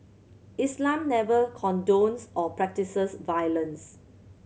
Islam never condones or practises violence